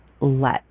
let